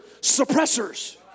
suppressors